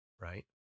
right